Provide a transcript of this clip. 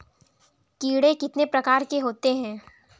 कीड़े कितने प्रकार के होते हैं?